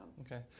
Okay